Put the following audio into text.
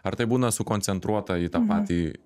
ar tai būna sukoncentruota į tą patį